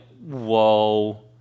Whoa